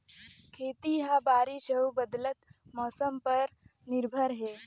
खेती ह बारिश अऊ बदलत मौसम पर निर्भर हे